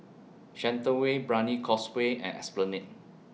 Shenton Way Brani Causeway and Esplanade